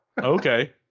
okay